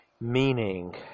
meaning